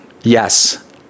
Yes